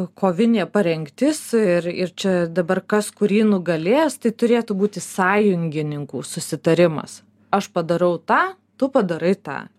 kovinė parengtis ir ir čia dabar kas kurį nugalės tai turėtų būti sąjungininkų susitarimas aš padarau tą tu padarai tą